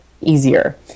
easier